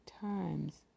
Times